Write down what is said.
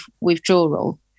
withdrawal